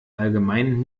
allgemeinen